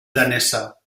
danesa